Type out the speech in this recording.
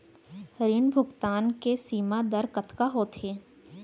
ऋण भुगतान के सीमा दर कतका होथे?